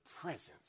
presence